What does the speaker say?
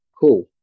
cool